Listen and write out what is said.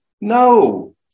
No